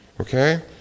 Okay